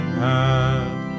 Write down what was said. hand